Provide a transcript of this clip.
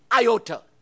iota